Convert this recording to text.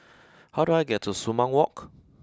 how do I get to Sumang Walk